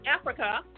Africa